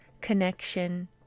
connection